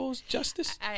justice